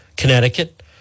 Connecticut